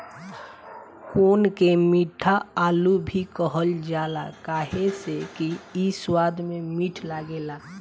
कोन के मीठा आलू भी कहल जाला काहे से कि इ स्वाद में मीठ लागेला